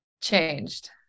changed